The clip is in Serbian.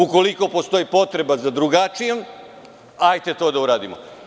Ukoliko postoji potreba za drugačijim, hajde to da uradimo.